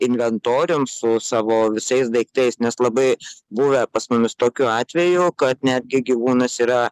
inventorium su savo visais daiktais nes labai buvę pas mumis tokių atvejų kad netgi gyvūnas yra